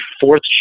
fourth